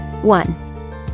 One